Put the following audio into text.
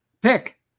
pick